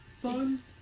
Fun